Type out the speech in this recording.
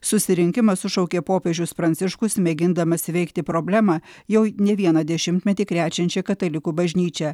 susirinkimą sušaukė popiežius pranciškus mėgindamas įveikti problemą jau ne vieną dešimtmetį krečiančią katalikų bažnyčią